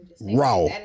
raw